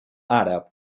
àrab